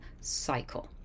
cycle